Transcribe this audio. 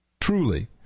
truly